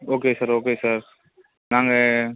okay sir okay sir நாங்கள்